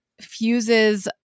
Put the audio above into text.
fuses